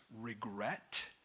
regret